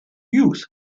youth